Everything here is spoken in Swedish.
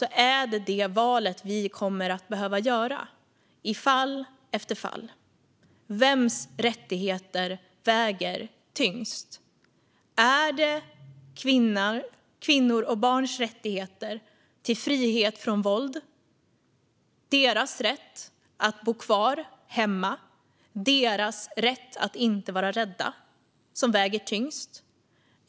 Tyvärr kommer vi att behöva göra detta val i fall efter fall. Vems rättigheter väger tyngst? Är det kvinnors och barns rättigheter till frihet från våld, deras rätt att bo kvar hemma och deras rätt att inte vara rädda som väger tyngst?